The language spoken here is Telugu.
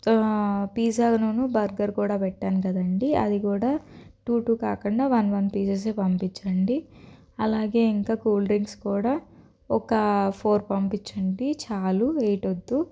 పిజ్జాని బర్గర్ కూడా పెట్టాను కదండీ అది కూడా టూ టూ కాకుండా వన్ వన్ పీసెస్ ఏ పంపించండి అలాగే ఇంకా కూల్ డ్రింక్స్ కూడా ఒక ఫోర్ పంపించండి చాలు ఎయిట్ వద్దు